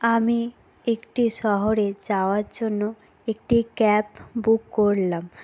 আমি একটি শহরে যাওয়ার জন্য একটি ক্যাব বুক করলাম